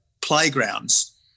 playgrounds